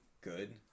good